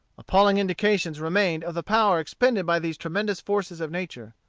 appalling indications remained of the power expended by these tremendous forces of nature.